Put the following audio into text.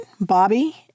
Bobby